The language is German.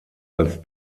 als